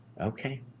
Okay